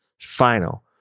Final